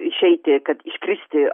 išeiti kad iškristi